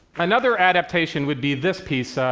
another adaptation would be this piece.